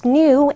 new